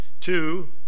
Two